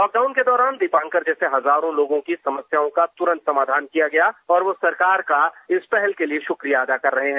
lock down के दौरान दिपांकर जैसे हजारों लोगों की समस्याओं का त्रंत समाधान किया गया और वो सरकार का इस पहल के लिए शुक्रिया अदा कर रहे हैं